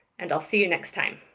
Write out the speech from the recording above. and i'll see you next time.